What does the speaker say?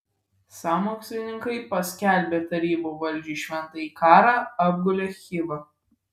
sąmokslininkai paskelbę tarybų valdžiai šventąjį karą apgulė chivą